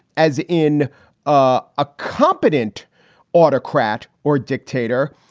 as in ah a competent autocrat or dictator,